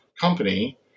company